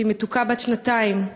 שהיא מתוקה בת שנתיים,